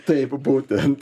taip būtent